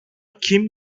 kim